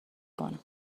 کنن